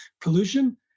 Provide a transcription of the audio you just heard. pollution